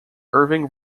irving